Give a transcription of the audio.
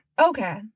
Okay